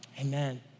Amen